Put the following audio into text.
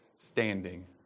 Standing